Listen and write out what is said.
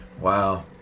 Wow